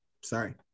Sorry